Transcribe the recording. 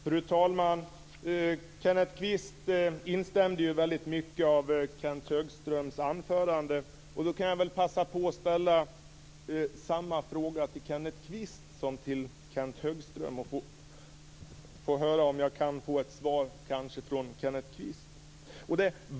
Fru talman! Kenneth Kvist instämde i väldigt mycket av Kenth Högströms anförande. Jag kan då passa på att ställa samma fråga till Kenneth Kvist som till Kenth Högström för att få höra om jag kan få ett svar från Kenneth Kvist.